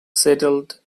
settled